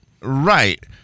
Right